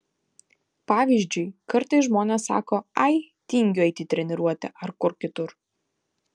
pavyzdžiui kartais žmonės sako ai tingiu eiti į treniruotę ar kur kitur